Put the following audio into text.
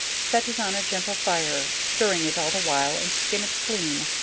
set it on a gentle fire, stirring it all the while and skim it clean,